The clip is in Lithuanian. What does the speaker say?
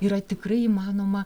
yra tikrai įmanoma